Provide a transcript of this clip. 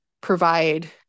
provide